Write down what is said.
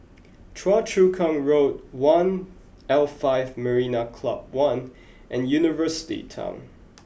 Choa Chu Kang Road One L five Marina Club One and University Town